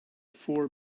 four